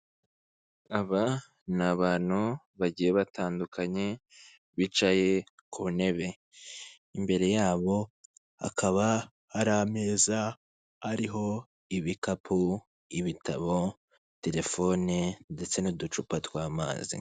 Aba n'abantu bagiye batandukanye, bicaye ku ntebe. Imbere yabo hakaba hari ameza ariho ibikapu, ibitabo, telefone ndetse n'uducupa tw'amazi.